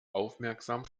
aufmerksam